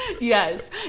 yes